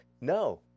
No